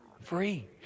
Free